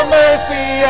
mercy